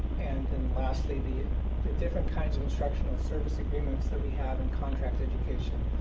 and then, lastly, the ah the different kinds of instructional service agreements that we have in contract education,